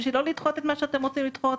כדי לא לדחות את מה שאתם רוצים לדחות,